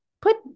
put